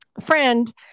friend